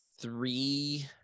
three